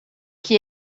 que